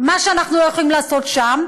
מה שאנחנו לא יכולים לעשות שם,